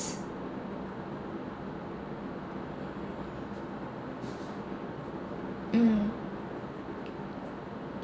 mm